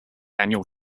annual